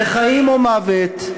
זה חיים או מוות,